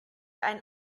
ein